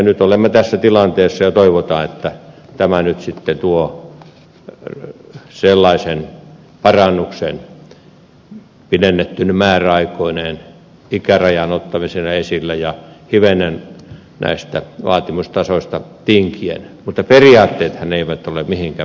nyt olemme tässä tilanteessa ja toivotaan että tämä nyt sitten tuo parannuksen pidennettyine määräaikoineen ikärajan ottamisella esille ja hivenen näistä vaatimustasoista tinkien mutta periaatteethan eivät ole mihinkään muuttuneet